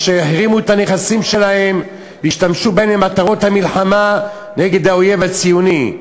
אשר החרימו את הנכסים שלהם והשתמשו בהם למטרות המלחמה נגד האויב הציוני,